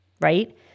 right